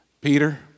Peter